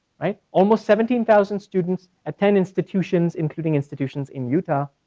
right? almost seventeen thousand students attend institutions including institutions in utah.